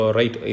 right